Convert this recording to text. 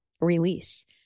release